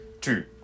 two